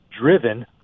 driven